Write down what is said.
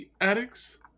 Addicts